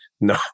No